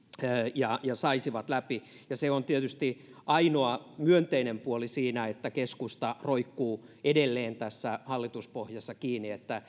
ja ja saisivat tahtonsa läpi se on tietysti ainoa myönteinen puoli siinä että keskusta roikkuu edelleen tässä hallituspohjassa kiinni